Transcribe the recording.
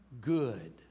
good